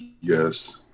Yes